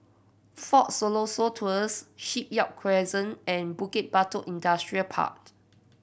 Fort Siloso Tours Shipyard Crescent and Bukit Batok Industrial Part